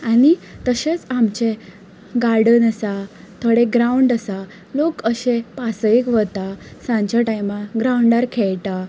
तशेंच आमचे गार्डन आसा थोडे ग्रावंड आसा लोक अशें पासयेक वता सांजच्या टायमार ग्रांवडार खेळटा